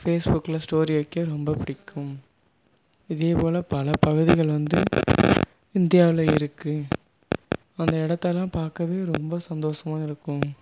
ஃபேஸ்புக்கில் ஸ்டோரி வைக்க ரொம்ப பிடிக்கும் இதேபோல் பல பகுதிகள் வந்து இந்தியாவில் இருக்குது அந்த இடத்தலாம் பார்க்கவே ரொம்ப சந்தோஷமாருக்கும்